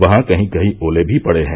वहां कहीं कहीं ओले भी पड़े हैं